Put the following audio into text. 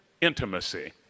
intimacy